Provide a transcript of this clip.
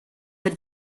the